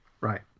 Right